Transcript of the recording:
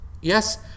Yes